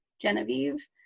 Genevieve